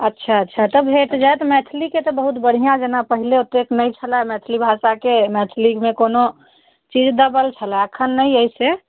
अच्छा अच्छा तऽ भेट जाएत मैथलीके तऽ बहुत बढ़िआँ जेना पहिले एतेक नहि छलैया मैथली भाषाके मैथलीमे कोनो चीज दबल छलैया एखन नहि अइ से